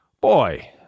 Boy